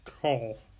call